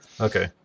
Okay